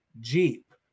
jeep